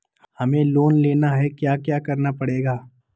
हमें लोन लेना है क्या क्या करना पड़ेगा?